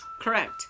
Correct